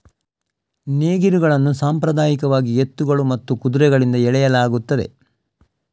ನೇಗಿಲುಗಳನ್ನು ಸಾಂಪ್ರದಾಯಿಕವಾಗಿ ಎತ್ತುಗಳು ಮತ್ತು ಕುದುರೆಗಳಿಂದ ಎಳೆಯಲಾಗುತ್ತದೆ